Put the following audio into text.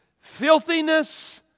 filthiness